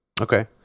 Okay